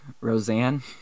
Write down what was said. Roseanne